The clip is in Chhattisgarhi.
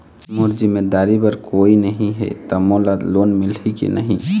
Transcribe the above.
मोर जिम्मेदारी बर कोई नहीं हे त मोला लोन मिलही की नहीं?